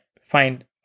find